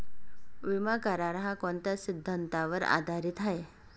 विमा करार, हा कोणत्या सिद्धांतावर आधारीत आहे?